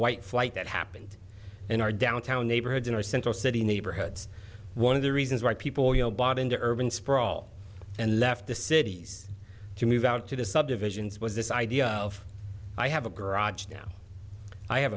white flight that happened in our downtown neighborhoods in our central city neighborhoods one of the reasons why people you know bought into urban sprawl and left the cities to move out to the subdivisions was this idea of i have a garage now i have